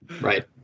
Right